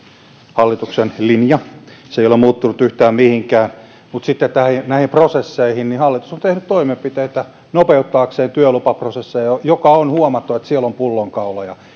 hallituksen linja se ei ole muuttunut yhtään mihinkään mutta mitä tulee sitten näihin prosesseihin niin hallitus on tehnyt toimenpiteitä nopeuttaakseen työlupaprosesseja joista on huomattu että siellä on pullonkauloja